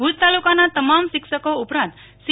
ભુજ તાલુકાના તમામ શિક્ષકો ઉપરાંત સી